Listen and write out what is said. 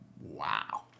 wow